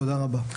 תודה רבה.